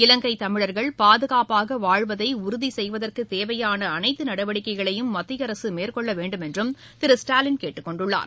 இலங்கை தமிழா்கள் பாதுகாப்பாக வாழ்வதை உறுதி செய்வதற்குத் தேவையான அனைத்து நடவடிக்கைகளையும் மத்திய அரசு மேற்கொள்ள வேண்டுமென்றும் திரு ஸ்டாலின் கேட்டுக் கொண்டுள்ளார்